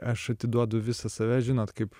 aš atiduodu visą save žinot kaip